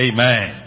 Amen